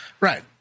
Right